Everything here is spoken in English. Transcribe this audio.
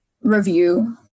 review